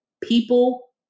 people